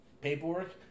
Paperwork